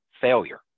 failure